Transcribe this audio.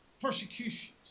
persecutions